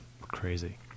crazy